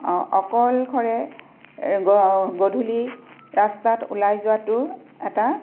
অকলশৰে গ গধূলি ৰাস্তাত ওলাই যোৱাটো এটা